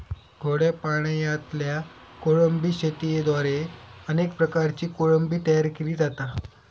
गोड्या पाणयातल्या कोळंबी शेतयेद्वारे अनेक प्रकारची कोळंबी तयार केली जाता